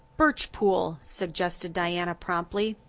birch pool, suggested diana promptly.